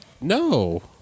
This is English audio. No